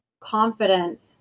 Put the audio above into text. confidence